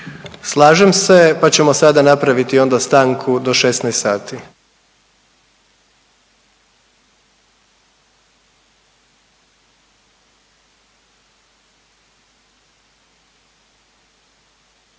Slažem se, pa ćemo sada napraviti onda stanku do 16 sati.